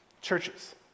churches